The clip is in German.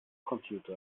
computer